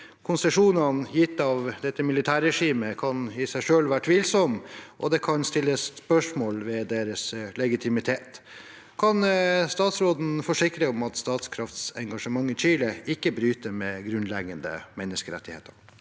Konsesjonene gitt av militærregimet kan i seg selv være tvilsomme, og det kan stilles spørsmål ved deres legitimitet. Kan statsråden forsikre om at Statkrafts engasjement i Chile ikke bryter med grunnleggende menneskerettigheter?»